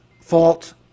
fault